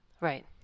right